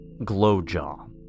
Glowjaw